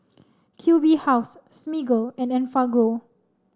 Q B House Smiggle and Enfagrow